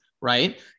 right